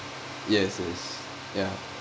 yes yes ya